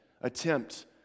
attempt